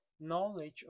knowledge